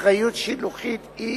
אחריות שילוחית היא